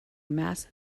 mass